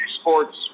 sports